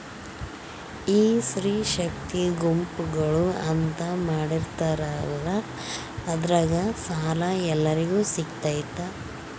ಈ ಸ್ತ್ರೇ ಶಕ್ತಿ ಗುಂಪುಗಳು ಅಂತ ಮಾಡಿರ್ತಾರಂತಲ ಅದ್ರಾಗ ಸಾಲ ಎಲ್ಲರಿಗೂ ಸಿಗತೈತಾ?